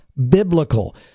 Biblical